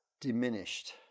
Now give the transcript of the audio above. diminished